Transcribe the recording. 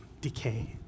decay